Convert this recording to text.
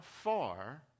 far